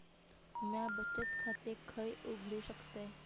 म्या बचत खाते खय उघडू शकतय?